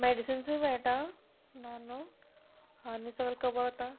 मॅडिसिन्सूय मेळटा ना न्हू आनी सगळें कवर जाता